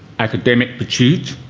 academic pursuits,